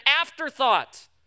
afterthought